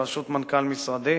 בראשות מנכ"ל משרדי.